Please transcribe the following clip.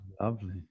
Lovely